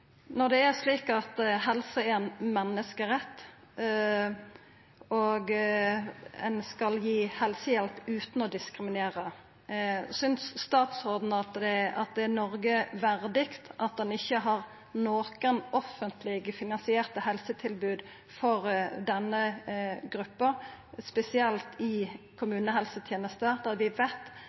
Når det er slik at helse er ein menneskerett og ein skal gi helsehjelp utan å diskriminera, synest statsråden det er Noreg verdig at ein ikkje har nokon offentleg finansierte helsetilbod for denne gruppa, spesielt i kommunehelsetenesta, der ein veit